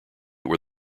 were